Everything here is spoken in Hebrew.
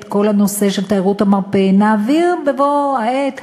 כל הנושא של תיירות המרפא נעביר בבוא העת,